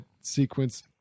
sequence